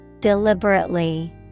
deliberately